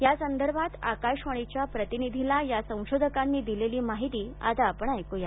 यासंदर्भात आकाशवाणीच्या प्रतिनिधीला या संशोधकांनी दिलेली माहिती आता आपण ऐकूया